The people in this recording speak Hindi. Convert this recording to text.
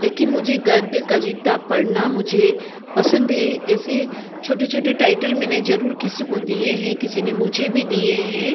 लेकिन मुझे गद्य कविता पढ़ना मुझे पसंद है जैसे छोटे छोटे टाइटल मैंने जरूर किसी को दिए हें किसी ने मुझे भी दिए हैं